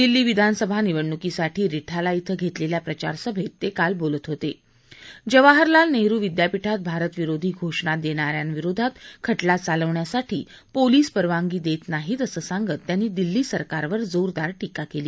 दिल्ली विधानसभा निवडणुकीसाठी रिठाला क्रे घेतलेल्या प्रचारसभेत ते काल बोलत होते जवाहरलाल नेहरू विद्यापीठात भारताविरोधी घोषणा देणाऱ्यांविरोधात खटला चालवण्यासाठी पोलीस परवानगी देत नाहीत असं सांगत त्यांनी दिल्ली सरकारवर जोरदार टीका केली